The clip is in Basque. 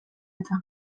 eta